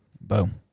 Boom